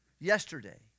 Yesterday